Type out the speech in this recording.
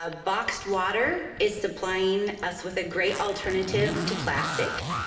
ah boxed water is supplying us with a great alternative to plastic.